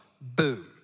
boom